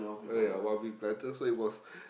oh ya one big platter so it was